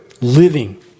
living